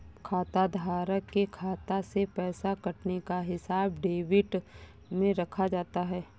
खाताधारक के खाता से पैसे कटने का हिसाब डेबिट में रखा जाता है